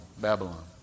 Babylon